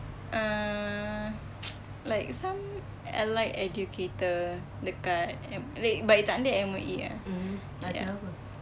uh like some allied educator dekat M~ but it's under M_O_E ah ya